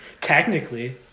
Technically